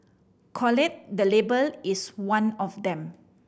collate the Label is one of them